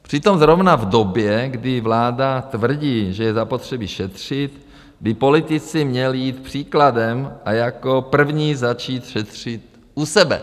Přitom zrovna v době, kdy vláda tvrdí, že je zapotřebí šetřit, by politici měli jít příkladem a jako první začít šetřit u sebe.